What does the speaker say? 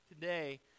today